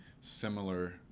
similar